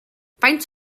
faint